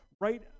right